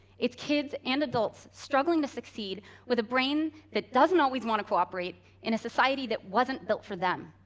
it's kids and adults struggling to succeed with a brain that doesn't always want to cooperate in a society that wasn't built for them.